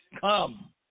come